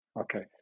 okay